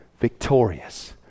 victorious